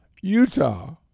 Utah